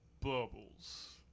Bubbles